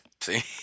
See